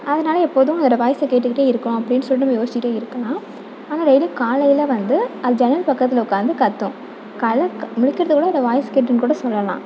அதனால எப்போதும் வேறே வாய்ஸை கேட்டுக்கிட்டே இருக்கும் அப்படினு சொல்லிட்டு நம்ம யோசிச்சுக்கிட்டே இருக்கலாம் ஆனால் டெய்லி காலையில் வந்து அது ஜன்னல் பக்கத்தில் உட்காந்து கத்தும் காலைல க விழிக்கிறது கூட அந்த வாய்ஸ் கேட்டுனு கூட சொல்லலாம்